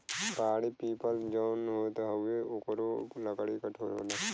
पहाड़ी पीपल जौन होत हउवे ओकरो लकड़ी कठोर होला